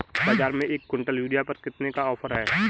बाज़ार में एक किवंटल यूरिया पर कितने का ऑफ़र है?